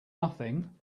nothing